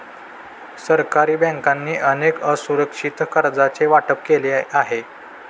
सरकारी बँकांनी अनेक असुरक्षित कर्जांचे वाटप केले आहे